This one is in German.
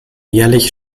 jährlich